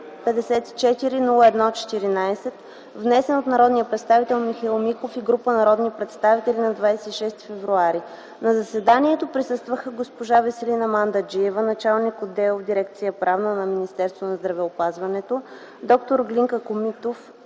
054-01-14, внесен от народния представител Михаил Миков и група народни представители на 26 февруари. На заседанието присъстваха госпожа Веселина Мандаджиева – началник отдел в дирекция „Правна” на Министерството на здравеопазването, д-р Глинка Комитов